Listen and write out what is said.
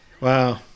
Wow